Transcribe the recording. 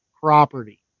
property